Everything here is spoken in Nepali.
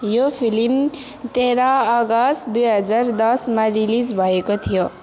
यो फिल्म तेह्र अगस्ट दुई हजार दसमा रिलिज भएको थियो